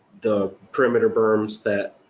the perimeter berms that,